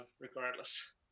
regardless